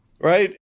right